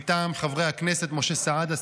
מטעם חברי הכנסת משה סעדה,